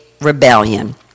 rebellion